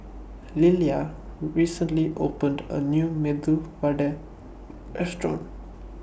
Lillia recently opened A New Medu Vada Restaurant